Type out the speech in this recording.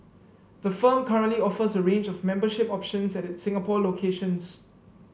the firm currently offers a range of membership options at its Singapore locations